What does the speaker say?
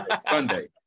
Sunday